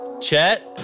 Chet